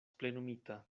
plenumita